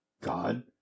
god